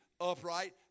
upright